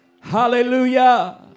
Hallelujah